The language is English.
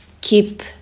keep